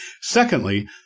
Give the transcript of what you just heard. Secondly